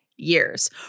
years